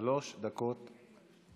שלוש דקות לרשותך.